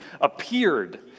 appeared